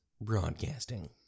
Broadcasting